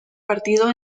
partido